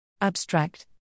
Abstract